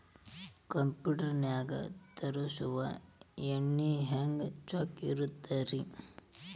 Computer ನಾಗ ತರುಸುವ ಎಣ್ಣಿ ಹೆಂಗ್ ಚೊಕ್ಕ ಇರತ್ತ ರಿ?